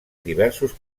diversos